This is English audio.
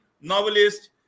novelist